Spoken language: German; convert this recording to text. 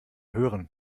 hören